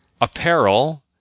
apparel